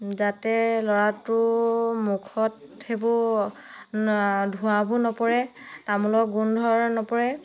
যাতে ল'ৰাটো মুখত সেইবোৰ ধোঁৱাবোৰ নপৰে তামোলৰ গোন্ধ নপৰে